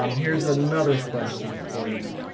um here's but another question for you.